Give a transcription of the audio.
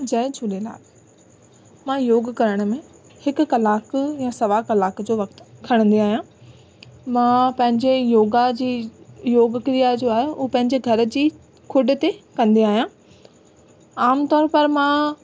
जय झूलेलाल मां योग करण में हिकु कलाकु या सवा कलाक जो वक़्त खणंदी आहियां मां पंहिंजे योगा जी योग क्रिया जो आहे उहो पंहिंजे घर जी खुड ते कंदी आहियां आमतौर पर मां